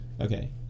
Okay